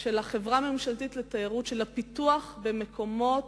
של החברה הממשלתית לתיירות על הפיתוח במקומות.